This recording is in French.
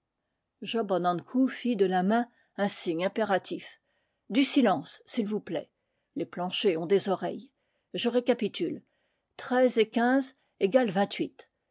ankou fit de la main un signe impératif du silence s'il vous plaît les planchers ont des oreil les je récapitule treize et quinze égalent vingt-huit